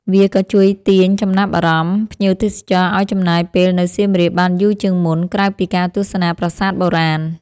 វាក៏ជួយទាញចំណាប់អារម្មណ៍ភ្ញៀវទេសចរឱ្យចំណាយពេលនៅសៀមរាបបានយូរជាងមុន ក្រៅពីការទស្សនាប្រាសាទបុរាណ។